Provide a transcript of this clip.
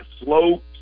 slow